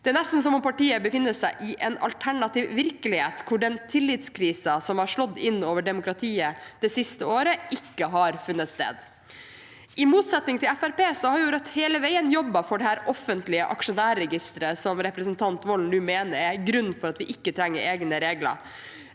Det er nesten som om partiet befinner seg i en alternativ virkelighet, hvor den tillitskrisen som har slått innover demokratiet det siste året, ikke har funnet sted. I motsetning til Fremskrittspartiet har Rødt hele veien jobbet for dette offentlige aksjonærregisteret som tredje visepresident Morten Wold nå mener er grunnen til at vi ikke trenger egne regler.